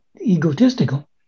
egotistical